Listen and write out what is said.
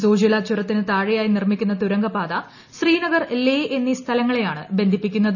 സോജിലാ ചുരത്തിന് താഴെയായി നിർമ്മിക്കുന്ന തുരങ്ക പാത ശ്രീനഗർ ലേ എന്നീ സ്ഥലങ്ങളെയാണ് ബന്ധിപ്പി ക്കുന്നത്